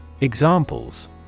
Examples